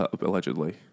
allegedly